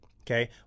Okay